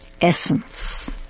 essence